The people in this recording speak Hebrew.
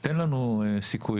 תן לנו סיכוי